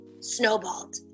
snowballed